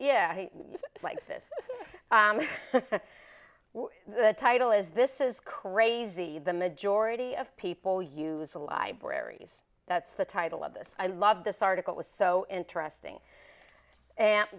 yeah i like this the title is this is crazy the majority of people use the libraries that's the title of this i love this article was so interesting